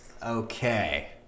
Okay